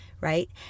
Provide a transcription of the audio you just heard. right